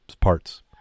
parts